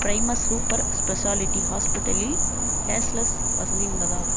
primers super speciality ஹாஸ்பிட்டலில் cashless வசதி உள்ளதா